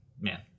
man